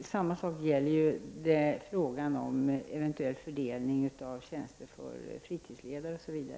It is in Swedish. Samma sak gäller ju frågan om eventuell fördelning av tjänster för fritidsledare osv.